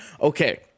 Okay